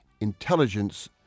intelligence